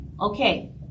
Okay